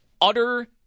Utter